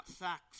sacks